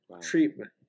treatment